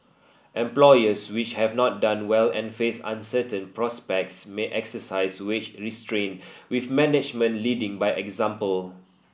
employers which have not done well and face uncertain prospects may exercise wage restraint with management leading by example